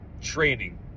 training